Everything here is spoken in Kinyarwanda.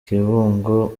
kibungo